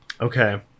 Okay